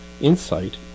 insight